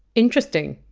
interesting.